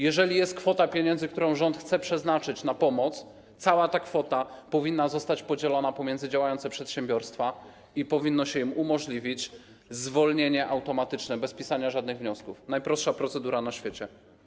Jeżeli jest kwota pieniędzy, którą rząd chce przeznaczyć na pomoc, cała ta kwota powinna zostać podzielona pomiędzy działające przedsiębiorstwa i powinno się im umożliwić zwolnienie automatyczne, bez pisania żadnych wniosków - najprostsza procedura na świecie.